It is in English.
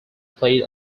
played